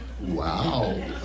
wow